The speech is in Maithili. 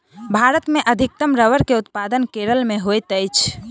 भारत मे अधिकतम रबड़ के उत्पादन केरल मे होइत अछि